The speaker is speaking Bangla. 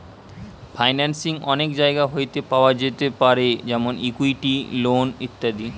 ফাইন্যান্সিং অনেক জায়গা হইতে পাওয়া যেতে পারে যেমন ইকুইটি, লোন ইত্যাদি